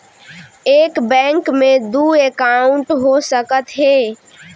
एक बैंक में दू एकाउंट हो सकत हे?